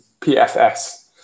pfs